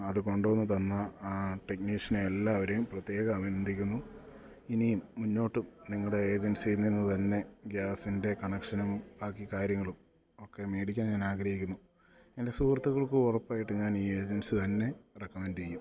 അതു കൊണ്ടു വന്നു തന്ന ആ ടെക്നീഷ്യനെയും എല്ലാവരെയും പ്രത്യേകം അഭിനന്ദിക്കുന്നു ഇനിയും മുന്നോട്ടും നിങ്ങളുടെ ഏജൻസിയിൽ നിന്നു തന്നെ ഗ്യാസിൻ്റെ കണക്ഷനും ബാക്കി കാര്യങ്ങളും ഒക്കെ മേടിക്കാൻ ഞാൻ ആഗ്രഹിക്കുന്നു എൻ്റെ സുഹൃത്തുകൾക്ക് ഉറപ്പായിട്ട് ഞാൻ ഈ ഏജൻസി തന്നെ റെക്കമൻ്റ് ചെയ്യും